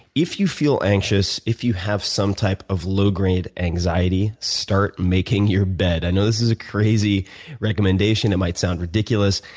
if you feel anxious, if you have some type of low grade anxiety, start making your bed. i know this is a crazy recommendation, it might sound ridiculous.